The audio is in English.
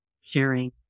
sharing